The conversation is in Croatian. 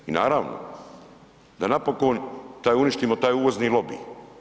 I naravno da napokon da uništimo taj uvozni lobij.